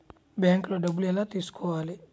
బ్యాంక్లో డబ్బులు ఎలా తీసుకోవాలి?